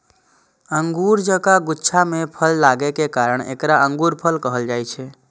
अंगूर जकां गुच्छा मे फल लागै के कारण एकरा अंगूरफल कहल जाइ छै